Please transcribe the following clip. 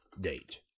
date